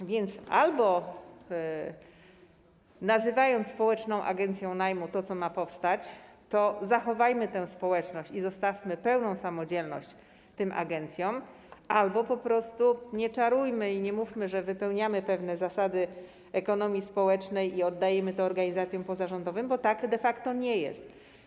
A więc albo, nazywając społeczną agencją najmu to, co ma powstać, zachowajmy tę społeczność i zostawmy pełną samodzielność tym agencjom, albo po prostu nie czarujmy i nie mówmy, że wypełniamy pewne zasady ekonomii społecznej i oddajemy to organizacjom pozarządowym, bo tak de facto nie jest.